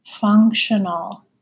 functional